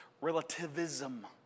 relativism